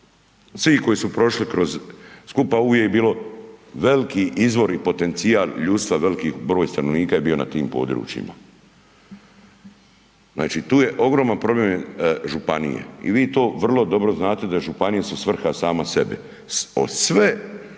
svih koji su prošli kroz skupa uvijek je bilo veliki izvor i potencijal ljudstva, veliki broj stanovnika je bio na tim područjima. Znači tu je ogroman problem je županije i vi to vrlo dobro znate da županije su svrha same sebi.